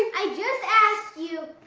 i just asked you.